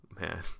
Man